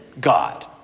God